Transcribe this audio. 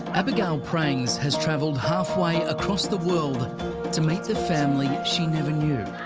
abigail prangs has travelled halfway across the world to meet the family she never knew.